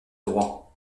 droit